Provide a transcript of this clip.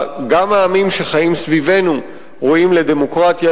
גם העמים שחיים סביבנו ראויים לדמוקרטיה,